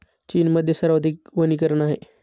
चीनमध्ये सर्वाधिक वनीकरण आहे